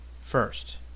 First